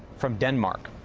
from denmark,